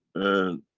and.